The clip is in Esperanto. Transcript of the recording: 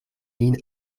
lin